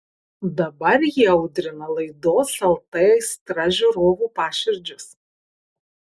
dabar ji audrina laidos lt aistra žiūrovų paširdžius